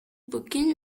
beginn